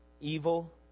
evil